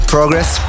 Progress